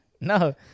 No